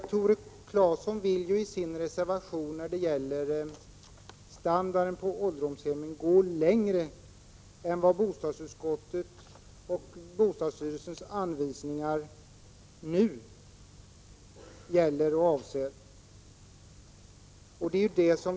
Tore Claeson går i sin reservation längre än bostadsutskottet och bostadsstyrelsens anvisningar gör när det gäller standarden på ålderdomshemmen.